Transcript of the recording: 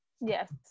Yes